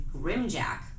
Grimjack